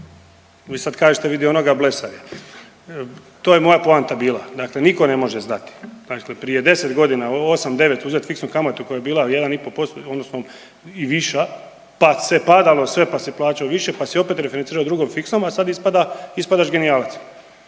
Vi sad kažete vidite onoga blesav je. To je moja poanta bila, dakle niko ne može znati, dakle prije 10.g., 8-9 uzet fiksnu kamatu koja je bila 1,5% odnosno i viša, pa se padalo sve, pa se plaćalo više, pa si opet referencirao drugom fiksnom, a sad ispada, ispadaš genijalac.